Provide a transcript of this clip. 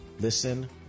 Listen